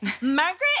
Margaret